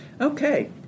Okay